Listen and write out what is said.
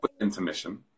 Intermission